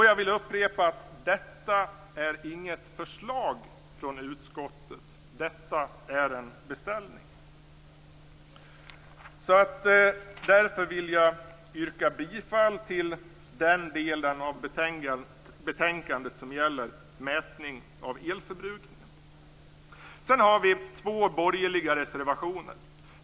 Jag vill upprepa att detta inte är något förslag från utskottet, utan detta är en beställning. Därför vill jag yrka bifall till den del av utskottets hemställan som gäller mätning av elförbrukningen. Vi har två borgerliga reservationer.